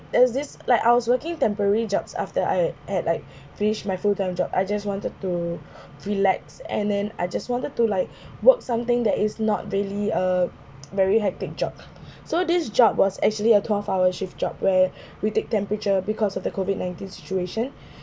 there is this like I was working temporary jobs after I had like finished my full time job I just wanted to relax and then I just wanted to like work something that is not really uh very hectic job so this job was actually a twelve hour shift job where we take temperature because of the COVID nineteen situation